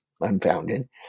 unfounded